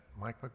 Mike